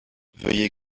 veuillez